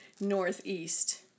northeast